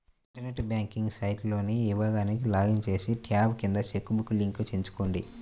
internet banking సైట్లోని విభాగానికి login చేసి, ట్యాబ్ కింద చెక్ బుక్ లింక్ ఎంచుకోండి